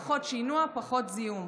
פחות שינוע ופחות זיהום.